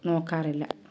നോക്കാറില്ല